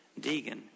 Deegan